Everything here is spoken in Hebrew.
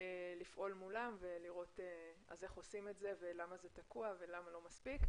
לפעול מולם ולראות איך עושים את זה ולמה זה תקוע ולמה לא מספיק.